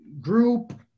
group